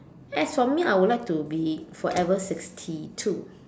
as for me I would like to be forever sixty two